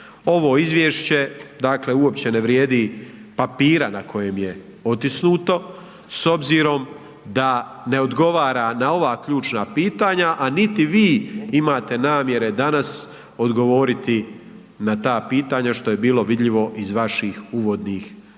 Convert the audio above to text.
Ovo izvješće dakle uopće ne vrijedi papira na kojem je otisnuto s obzirom da ne odgovara na ova ključna pitanja, a niti vi imate namjere danas odgovoriti na ta pitanja što je bilo vidljivo iz vaših uvodnih izlaganja.